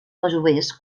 masovers